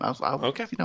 Okay